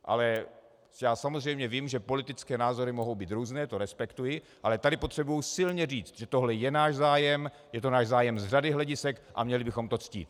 Ale já samozřejmě vím, že politické názory mohou být různé, to respektuji, ale tady potřebuji silně říct, že tohle je náš zájem, je to náš zájem z řady hledisek, a měli bychom to ctít.